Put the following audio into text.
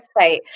website